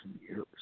years